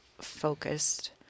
focused